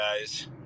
guys